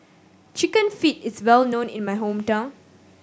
Chicken Feet is well known in my hometown